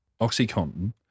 Oxycontin